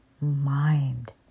mind